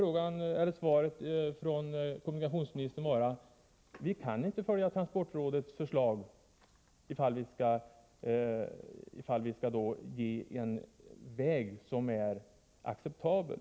Mot den bakgrunden borde kommunikationsministerns svar vara att det inte går att följa transportrådets förslag, ifall man samtidigt skall tillgodose kravet på en väg som är acceptabel.